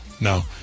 no